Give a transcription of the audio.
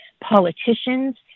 politicians